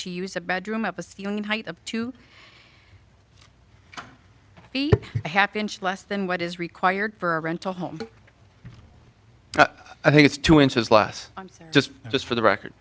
to use a bedroom up a ceiling height up to be happy and less than what is required for a rental home i think it's two inches less just just for the record